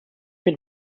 mit